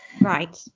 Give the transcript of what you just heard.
Right